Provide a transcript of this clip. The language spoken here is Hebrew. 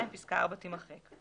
פסקה (4) תימחק.